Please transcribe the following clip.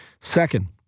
Second